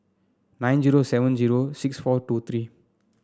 nine zero seven zero six four two three